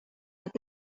nad